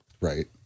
Right